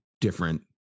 different